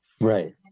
Right